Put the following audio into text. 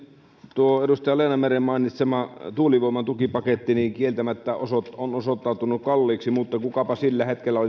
edustaja leena meren mainitsema tuulivoiman tukipaketti kieltämättä on osoittautunut kalliiksi mutta kukapa sillä hetkellä